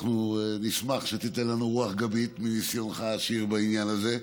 אנחנו נשמח שתיתן לנו רוח גבית מניסיונך העשיר בעניין הזה,